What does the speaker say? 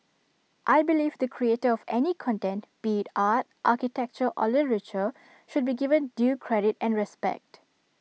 I believe the creator of any content be art architecture or literature should be given due credit and respect